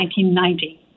1990